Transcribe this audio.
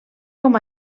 com